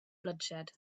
bloodshed